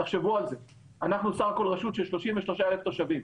תחשבו על זה ואנחנו בסך הכל רשות של 33,000 תושבים.